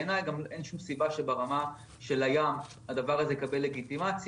בעיניי גם אין שום סיבה שברמה של הים הדבר הזה יקבל לגיטימציה.